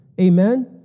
Amen